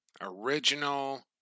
Original